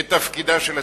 את תפקידה של הציונות.